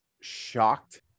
shocked